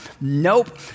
Nope